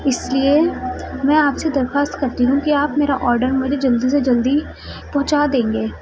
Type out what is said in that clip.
اس لیے میں آپ سے درخواست کرتی ہوں کہ آپ میرا آڈر مجھے جلدی سے جلدی پہنچا دیں گے